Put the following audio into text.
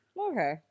Okay